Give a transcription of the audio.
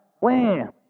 Wham